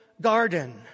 garden